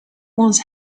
was